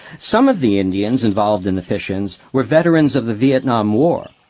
some of the indians involved in the fish-ins were veterans of the vietnam war.